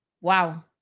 Wow